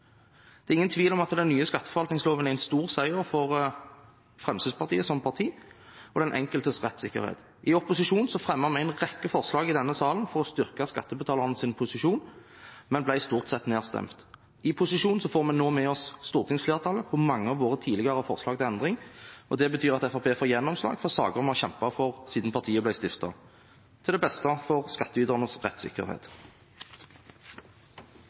Det er ingen tvil om at den nye skatteforvaltningsloven er en stor seier for Fremskrittspartiet som parti og for den enkeltes rettssikkerhet. I opposisjon fremmet vi en rekke forslag i denne salen for å styrke skattebetalernes posisjon, men ble stort sett nedstemt. I posisjon får vi nå med oss stortingsflertallet på mange av våre tidligere forslag til endring, og det betyr at Fremskrittspartiet får gjennomslag for saker vi har kjempet for siden partiet ble stiftet – til det beste for skattyternes rettssikkerhet.